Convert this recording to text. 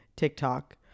TikTok